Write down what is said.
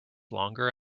longer